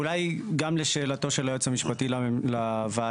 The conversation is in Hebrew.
אולי גם לשאלתו של היועץ המשפטי לוועדה,